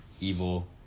evil